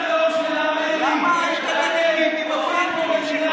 למה היית נגד ביבי בפריימריז?